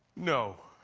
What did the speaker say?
no,